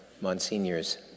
Monsignor's